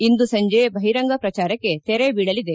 ಇಂದು ಸಂಜೆ ಬಹಿರಂಗ ಪ್ರಜಾರಕ್ಕೆ ತೆರೆ ಬೀಳಲಿದೆ